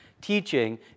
teaching